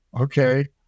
okay